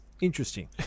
Interesting